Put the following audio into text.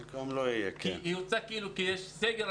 הוצג כאילו יש סגר.